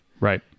Right